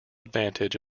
advantage